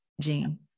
Jean